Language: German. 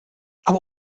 aber